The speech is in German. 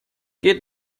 geht